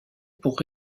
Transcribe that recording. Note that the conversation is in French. pour